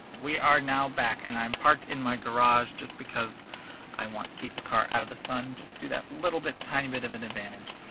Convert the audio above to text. we are now back and i'm parked in my garage just because i want to keep the car out of the sun. just get that little bit, tiny bit of an advantage.